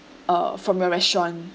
uh from your restaurant